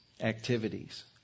activities